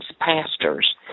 pastors